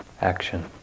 action